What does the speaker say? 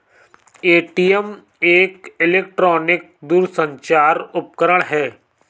ATM एक electronic दूरसंचार उपकरण है